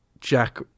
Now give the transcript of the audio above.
Jack